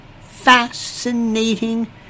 fascinating